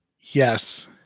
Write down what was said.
Yes